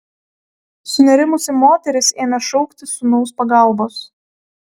sunerimusi moteris ėmė šauktis sūnaus pagalbos